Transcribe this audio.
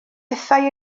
hithau